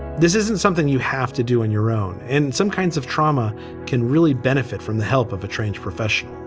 this isn't something you have to do on your own in some kinds of trauma can really benefit from the help of a trained professional.